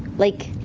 like,